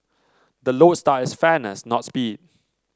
the lodestar is fairness not speed